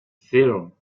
zero